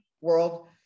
world